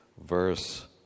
verse